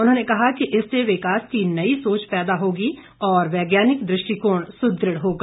उन्होंने कहा कि इससे विकास की नई सोच पैदा होगी और वैज्ञानिक दृष्टिकोण सुदृढ़ होगा